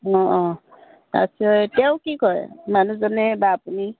অঁ অঁ তাৰপিছত তেওঁ কি কৰে মানুহজনে বা আপুনি